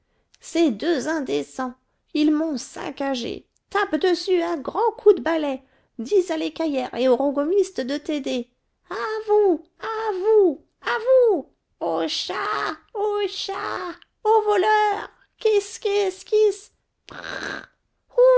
ces deux indécents ils m'ont saccagée tape dessus à grands coups de balai dis à l'écaillère et au rogomiste de t'aider à vous à vous à vous au chat au chat au voleur